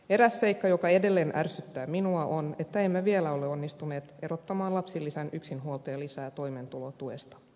eräs seikka joka edelleen ärsyttää minua on että emme vielä ole onnistuneet erottamaan lapsilisän yksinhuoltajalisää toimeentulotuesta